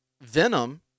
Venom